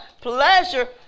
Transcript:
pleasure